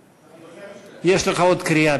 יש לך עוד קריאה.